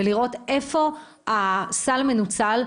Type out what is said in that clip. ולראות איפה הסל מנוצל,